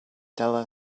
della